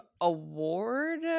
award